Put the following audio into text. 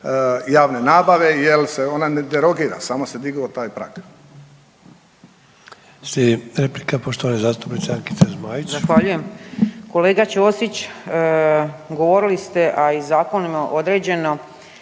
javne nabave jer se ona ne derogira, samo se digao taj prag.